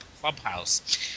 clubhouse